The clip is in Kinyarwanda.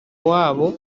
w’abo